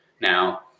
Now